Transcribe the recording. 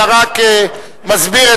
אלא רק מסביר את החוק.